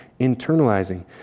internalizing